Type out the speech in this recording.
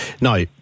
now